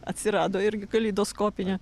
atsirado irgi kaleidoskopinė